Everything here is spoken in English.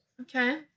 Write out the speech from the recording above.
Okay